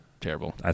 terrible